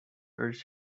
urged